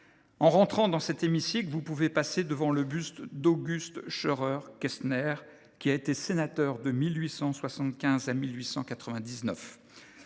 en entrant dans cet hémicycle, vous pouvez passer devant le buste d’Auguste Scheurer Kestner, qui a été sénateur de 1875 à 1899.